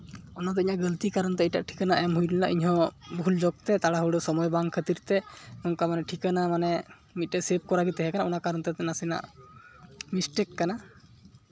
ᱚᱱᱟᱫᱚ ᱤᱧᱟᱹᱜ ᱜᱟᱹᱞᱛᱤ ᱠᱟᱨᱚᱱᱛᱮ ᱮᱴᱟᱜ ᱴᱷᱤᱠᱟᱱᱟ ᱮᱢ ᱦᱩᱭ ᱞᱮᱱᱟ ᱤᱧᱦᱚᱸ ᱵᱷᱩᱞ ᱡᱚᱵᱛᱮ ᱛᱟᱲᱟᱦᱩᱲᱳ ᱥᱚᱢᱚᱭ ᱵᱟᱝ ᱠᱷᱟᱹᱛᱤᱨ ᱛᱮ ᱚᱱᱠᱟ ᱢᱟᱱᱮ ᱴᱷᱤᱠᱟᱹᱱᱟ ᱢᱟᱱᱮ ᱢᱤᱫᱴᱮᱡ ᱥᱮᱵᱷ ᱠᱚᱨᱟ ᱜᱮ ᱛᱟᱦᱮᱸ ᱠᱟᱱᱟ ᱚᱱᱟ ᱠᱟᱨᱚᱱ ᱛᱮ ᱱᱟᱥᱮᱱᱟᱜ ᱢᱤᱥᱴᱮᱠ ᱠᱟᱱᱟ